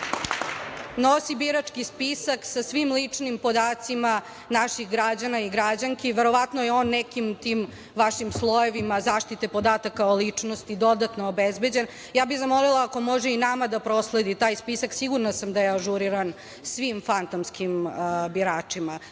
nosi birački spisak sa svim ličnim podacima naših građana i građanki i verovatno je on nekim tim vašim slojevima zaštite podataka o ličnosti dodatno obezbeđen. Ja bih zamolila ako može i nama da prosledi taj spisak, sigurna sam da je on ažuriran svim fantomskim biračima.